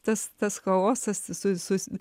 tas tas chaosas jisai su